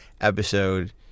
episode